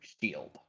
shield